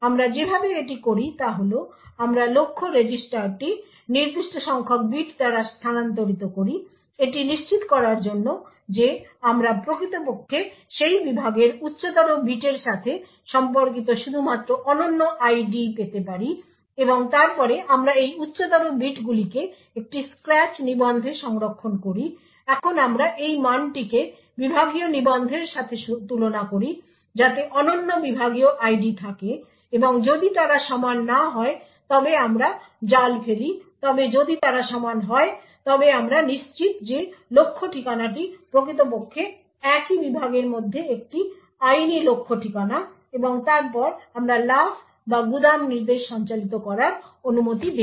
আমরা যেভাবে এটি করি তা হল আমরা লক্ষ্য রেজিস্টারটি নির্দিষ্ট সংখ্যক বিট দ্বারা স্থানান্তরিত করি এটি নিশ্চিত করার জন্য যে আমরা প্রকৃতপক্ষে সেই বিভাগের উচ্চতর বিটের সাথে সম্পর্কিত শুধুমাত্র অনন্য ID পেতে পারি এবং তারপরে আমরা এই উচ্চতর বিটগুলিকে একটি স্ক্র্যাচ নিবন্ধে সংরক্ষণ করি এখন আমরা এই মানটিকে বিভাগীয় নিবন্ধের সাথে তুলনা করি যাতে অনন্য বিভাগীয় ID থাকে এবং যদি তারা সমান না হয় তবে আমরা জাল ফেলি তবে যদি তারা সমান হয় তবে আমরা নিশ্চিত যে লক্ষ্য ঠিকানাটি প্রকৃতপক্ষে একই বিভাগের মধ্যে একটি আইনি লক্ষ্য ঠিকানা এবং তারপর আমরা লাফ বা গুদাম নির্দেশ সঞ্চালিত করার অনুমতি দেব